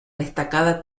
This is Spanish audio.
destacada